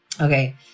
Okay